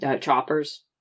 Choppers